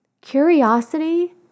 Curiosity